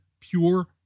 pure